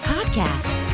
Podcast